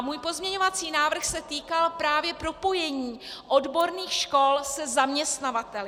Můj pozměňovací návrh se týkal právě propojení odborných škol se zaměstnavateli.